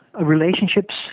relationships